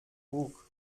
bug